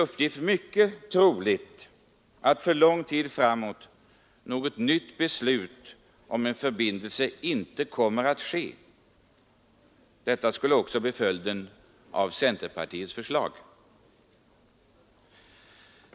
Men det är mycket troligt att något nytt beslut om en förbindelse då inte kommer att fattas på mycket lång tid. Detta skulle också bli följden av centerpartiets förslag.